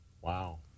Wow